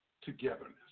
togetherness